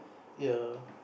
ya